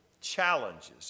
challenges